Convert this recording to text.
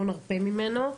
לא נרפה ממנו.